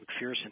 McPherson